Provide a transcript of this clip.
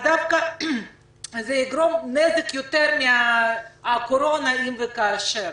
זה יגרום נזק מן הקורונה אם וכאשר.